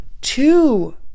two